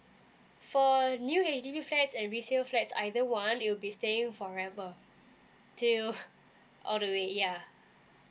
for new H_D_B flats and resale flat either one it'll be staying forever till all the way yeah